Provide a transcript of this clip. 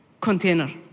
container